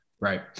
Right